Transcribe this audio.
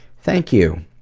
thank you.